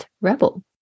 rebel